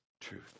truth